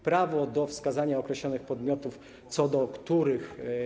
Prawo do wskazania określonych podmiotów, co do których.